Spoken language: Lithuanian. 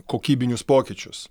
kokybinius pokyčius